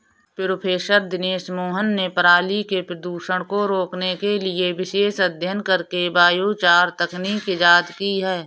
professor Dinesh Mohan ने पराली के प्रदूषण को रोकने के लिए विशेष अध्ययन करके बायोचार तकनीक इजाद की है